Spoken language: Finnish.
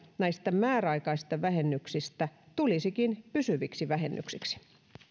näistä määräaikaisista vähennyksistä tulisivatkin pysyviksi vähennyksiksi